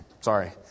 Sorry